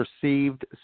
perceived